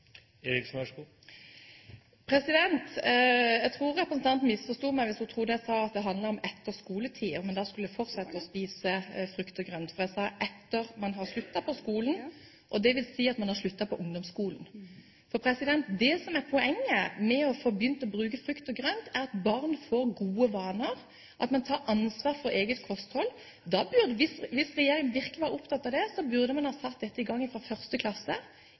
Jeg tror representanten misforsto meg hvis hun trodde jeg sa at det handlet om etter skoletiden, og at man da skulle fortsette å spise frukt og grønt. Jeg sa at det var etter at man har sluttet på skolen, dvs. etter at man har sluttet på ungdomsskolen. Det som er poenget med å få begynt å bruke frukt og grønt, er at barn får gode vaner, at man tar ansvar for eget kosthold. Hvis regjeringen virkelig var opptatt av det, burde man satt dette i gang fra 1. klasse,